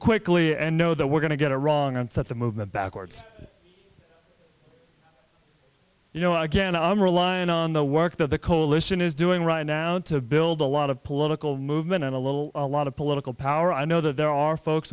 quickly and know that we're going to get a wrong and set the movement backwards you know again i'm relying on the work of the coalition is doing right now to build a lot of political movement and a little a lot of political power i know that there are folks